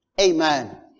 amen